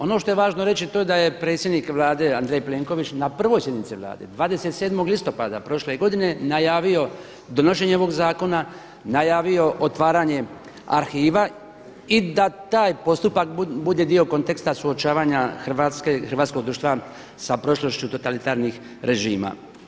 Ono što je važno reći je to da je predsjednik Andrej Plenković na prvoj sjednici Vlade 27. listopada prošle godine najavio donošenje ovog zakona, najavio otvaranje arhiva i da taj postupak bude dio konteksta suočavanja Hrvatske, hrvatskog društva sa prošlošću totalitarnih režima.